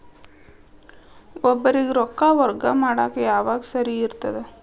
ಒಬ್ಬರಿಗ ರೊಕ್ಕ ವರ್ಗಾ ಮಾಡಾಕ್ ಯಾವಾಗ ಸರಿ ಇರ್ತದ್?